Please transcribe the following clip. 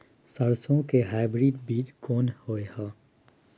सरसो के हाइब्रिड बीज कोन होय है?